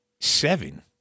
Seven